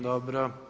Dobro.